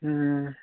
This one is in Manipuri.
ꯎꯝ